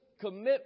commitment